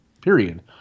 period